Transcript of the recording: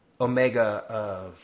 Omega